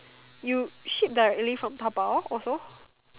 you ship the leaf from Taobao also